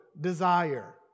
desire